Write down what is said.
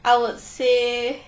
I would say